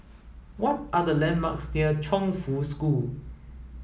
what are the landmarks near Chongfu School